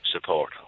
support